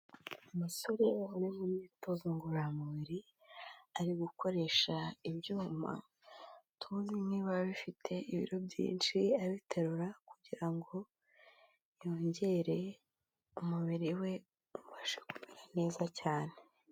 Umusore uri mu myitozo ngororamubiri, ari gukoresha ibyuma tuzi nk'ibiba bifite ibiro byinshi abiterura kugira ngo yongere umubiri we, ubashe kumera neza cyane.